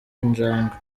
injangwe